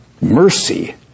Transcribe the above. Mercy